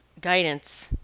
guidance